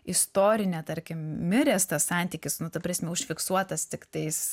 istorinė tarkim miręs tas santykis nu ta prasme užfiksuotas tiktais